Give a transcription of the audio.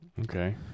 Okay